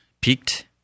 Peaked